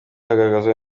hagaragazwa